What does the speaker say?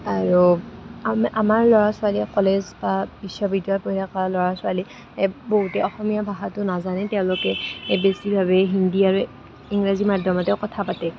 আৰু আমাৰ ল'ৰা ছোৱালীয়ে কলেজ বা বিশ্ববিদ্যালয়ত পঢ়ি থকা ল'ৰা ছোৱালীয়ে এ বহুতে অসমীয়া ভাষাটো নাজানেই তেওঁলোকে বেছিভাগেই হিন্দী আৰু ইংৰাজী মাধ্যমতে কথা পাতে